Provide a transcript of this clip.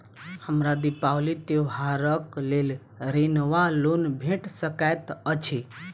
हमरा दिपावली त्योहारक लेल ऋण वा लोन भेट सकैत अछि?